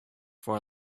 for